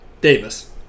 Davis